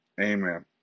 amen